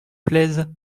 plaisent